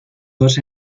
dos